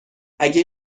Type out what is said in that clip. اگه